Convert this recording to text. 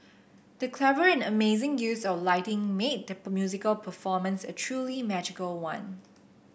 the clever and amazing use of lighting made the musical performance a truly magical one